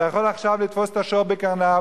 אתה יכול עכשיו לתפוס את השור בקרניו,